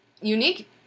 Unique